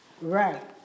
Right